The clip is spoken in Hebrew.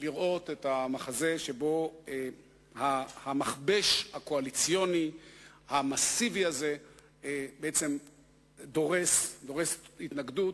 לראות את המחזה שבו המכבש הקואליציוני המסיבי הזה בעצם דורס התנגדות,